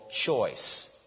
choice